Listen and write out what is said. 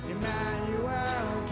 Emmanuel